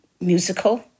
musical